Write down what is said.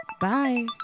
Bye